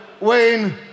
Wayne